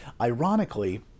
Ironically